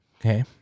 Okay